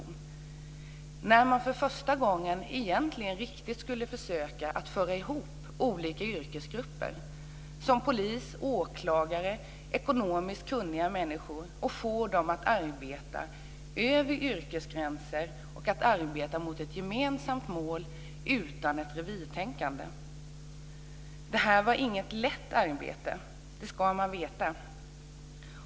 Man skulle egentligen för första gången på riktigt försöka föra ihop olika yrkesgrupper som poliser, åklagare och ekonomiskt kunniga människor och få dem att arbeta över yrkesgränser mot ett gemensamt mål utan ett revirtänkande. Det var inget lätt arbete - det ska man veta.